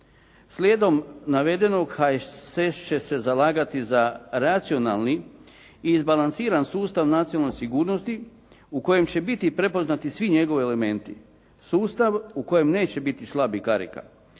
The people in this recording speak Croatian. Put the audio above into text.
Slijedom navedenog, HSS će se zalagati za racionalni i izbalansiran sustav nacionalne sigurnosti u kojem će biti prepoznati svi njegovi elementi, sustav u kojem neće biti slabih karika.